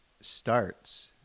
starts